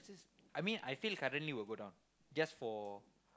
I mean I feel currently will go down just for